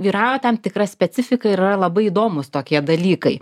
vyrauja tam tikra specifika ir yra labai įdomūs tokie dalykai